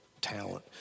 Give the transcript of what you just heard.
talent